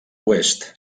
oest